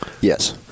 Yes